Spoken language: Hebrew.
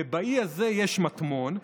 ובאי הזה יש מטמון,